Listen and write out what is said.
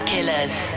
Killers